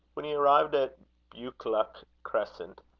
when he arrived at buccleuch crescent,